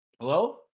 Hello